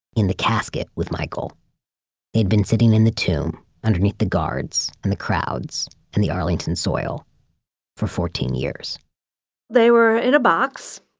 in the casket with michael. it had been sitting in the tomb underneath the guards and the crowds in and the arlington soil for fourteen years they were in a box.